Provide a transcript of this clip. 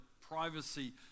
privacy